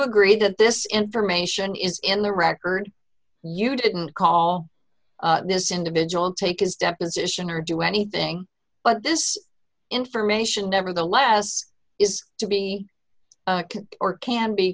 agree that this information is in the record you didn't call this individual take his deposition or do anything but this information nevertheless is to be or can be